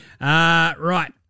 Right